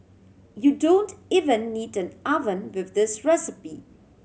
you don't even need an oven with this recipe